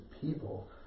people